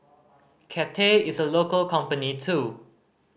Cathay is a local company too